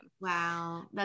Wow